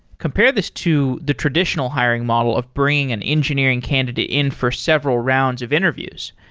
compare this to the traditional hiring model of bringing and engineering candidate in for several rounds of interviews.